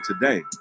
today